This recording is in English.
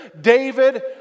David